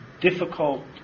difficult